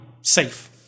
safe